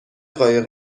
قایق